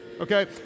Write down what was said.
Okay